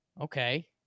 Okay